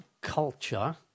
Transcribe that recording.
culture